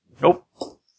Nope